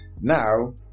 Now